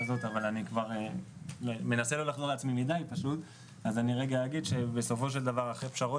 אבל זה לא קשור דווקא לגיל הפרישה